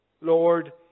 Lord